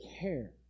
care